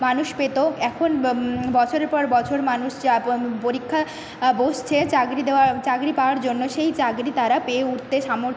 মানুষ পেত এখন বছরের পর বছর মানুষ চা পো পরীক্ষা বসছে চাকরি দেওয়া চাকরি পাওয়ার জন্য সেই চাকরি তারা পেয়ে উঠতে সামর